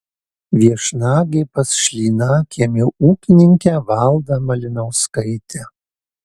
viešnagė pas šlynakiemio ūkininkę valdą malinauskaitę